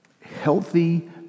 healthy